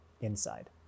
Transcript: inside